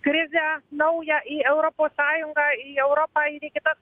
krizę naują į europos sąjungą į europą ir į kitas